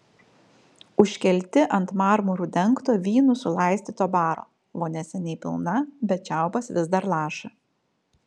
užkelti ant marmuru dengto vynu sulaistyto baro vonia seniai pilna bet čiaupas vis dar laša